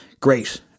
great